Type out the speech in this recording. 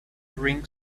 bring